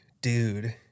dude